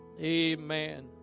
amen